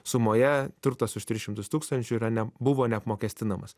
sumoje turtas už tris šimtus tūkstančių yra ne buvo neapmokestinamas